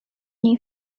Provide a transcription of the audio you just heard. new